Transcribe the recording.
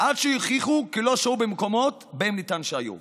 עד שיוכיחו כי לא שהו במקומות שבהם נטען שהיו.